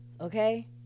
okay